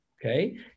okay